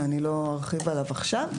שאני לא ארחיב עליו עכשיו.